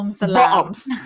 bottoms